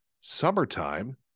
summertime